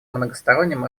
многосторонним